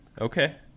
okay